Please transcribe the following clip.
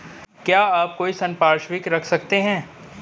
क्या आप कोई संपार्श्विक रख सकते हैं?